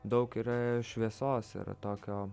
daug yra šviesos yra tokio